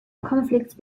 conflicts